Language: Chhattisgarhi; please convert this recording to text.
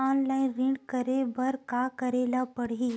ऑनलाइन ऋण करे बर का करे ल पड़हि?